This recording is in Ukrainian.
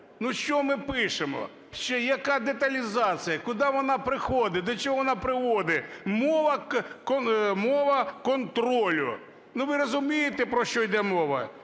Ну, що ми пишемо? Яка деталізація? Куди вона приходить? До чого вона приводить? Мова контролю. Ну ви розумієте, про що йде мова